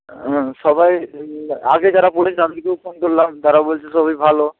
সবাই আগে যারা পড়েছে তাদেরকেও ফোন করলাম তারা বলছে সবই ভালো